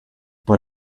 but